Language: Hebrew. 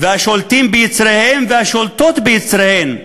והשולטים ביצריהם והשולטות ביצריהן,